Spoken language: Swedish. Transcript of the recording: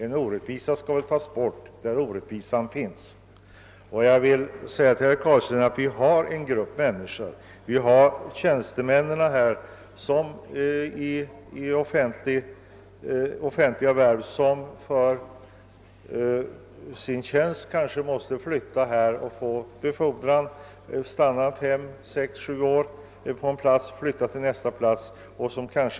En orättvisa skall väl tas bort oavsett om den drabbar många eller få. Det finns tjänstemän i offentliga värv som kanske för sin tjänsts skull, t.ex. på grund av befordran, inte kan stanna mer än fem, sex eller sju år på en plats för att sedan flytta till nästa plats.